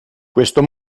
questo